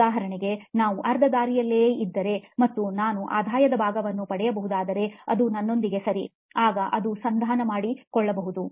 ಉದಾಹರಣೆಗೆ ನಾವು ಅರ್ಧದಾರಿಯಲ್ಲೇ ಇದ್ದರೆ ಮತ್ತು ನಾನು ಆದಾಯದ ಭಾಗವನ್ನು ಪಡೆಯಬಹುದಾದರೆ ಅದು ನನ್ನೊಂದಿಗೆ ಸರಿ ಆಗ ಅದು ಸಂಧಾನ ಮಾಡಿಕೊಳ್ಳುಬಹುದು